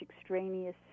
extraneous